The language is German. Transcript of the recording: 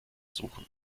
suchen